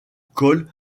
col